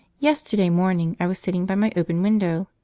yesterday morning i was sitting by my open window.